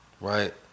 right